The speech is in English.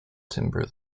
timber